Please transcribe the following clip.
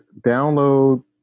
download